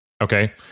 Okay